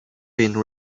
been